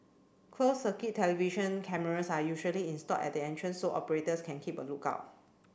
closed circuit television cameras are usually installed at the entrance so operators can keep a look out